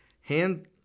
hand